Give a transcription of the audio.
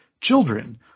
children